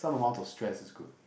some amount of stress is good